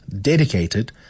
dedicated